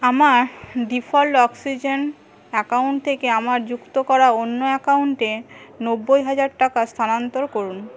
আমার default oxygen account থেকে আমার যুক্ত করা অন্য অ্যাকাউন্টে নব্বই হাজার টাকা স্থানান্তর করুন